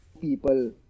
people